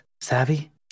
Savvy